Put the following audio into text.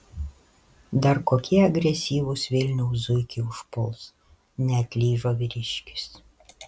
dar kokie agresyvūs vilniaus zuikiai užpuls neatlyžo vyriškis